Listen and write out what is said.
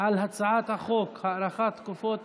על הצעת חוק הארכת תקופות